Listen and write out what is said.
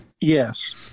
Yes